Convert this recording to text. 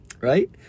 right